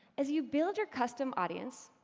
as you build your custom audience,